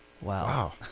wow